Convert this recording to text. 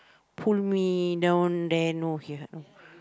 pull me down there no here no